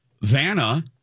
Vanna